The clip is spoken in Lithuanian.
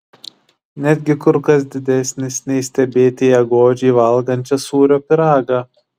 netgi kur kas didesnis nei stebėti ją godžiai valgančią sūrio pyragą